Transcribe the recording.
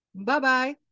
Bye-bye